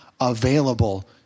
available